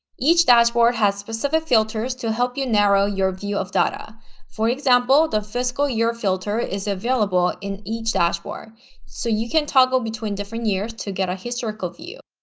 each dashboard has specific filters to help you narrow your view of data for example the fiscal year filter is available in each dashboard so you can toggle between different years to get a historical view.